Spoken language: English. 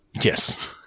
Yes